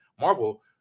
Marvel